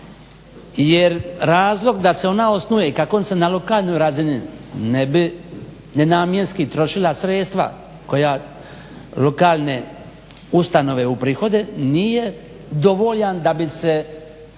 jer razlog da se ona osnuje i kako se na lokalnoj razini ne bi nenamjenski trošila sredstva koja lokalne ustanove uprihode nije dovoljan da bi se apsolutno